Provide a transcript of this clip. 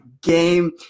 game